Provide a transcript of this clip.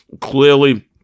clearly